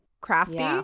crafty